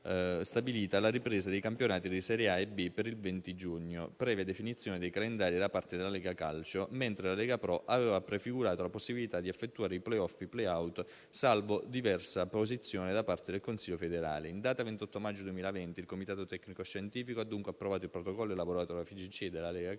stabilita la ripresa dei campionati di serie A e B per il 20 giugno, previa definizione dei calendari da parte della Lega calcio, mentre la Lega Pro aveva prefigurato la possibilità di effettuare i *play-off* e i *play-out* salvo diversa posizione da parte del Consiglio federale. In data 28 maggio 2020 il comitato tecnico-scientifico ha dunque approvato il protocollo elaborato dalla FIGC e dalla Lega calcio